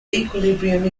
equilibrium